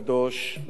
רגיש,